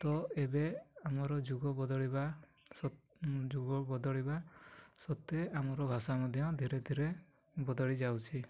ତ ଏବେ ଆମର ଯୁଗ ବଦଳିବା ସ ଯୁଗ ବଦଳିବା ସତ୍ତ୍ୱେ ଆମର ଭାଷା ମଧ୍ୟ ଧୀରେ ଧୀରେ ବଦଳି ଯାଉଛି